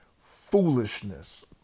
foolishness